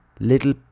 little